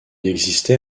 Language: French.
existait